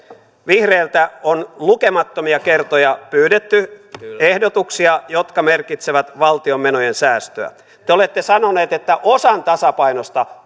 vihreiltä on lukemattomia kertoja pyydetty ehdotuksia jotka merkitsevät valtion menojen säästöä te olette sanoneet että osan tasapainosta